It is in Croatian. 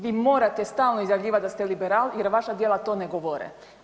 Vi morate stalno izjavljivati da ste liberal jer vaša djela to ne govore.